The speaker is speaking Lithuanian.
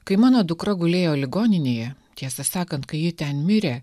kai mano dukra gulėjo ligoninėje tiesą sakant kai ji ten mirė